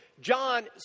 John